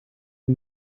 een